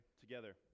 together